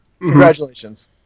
Congratulations